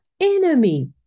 enemy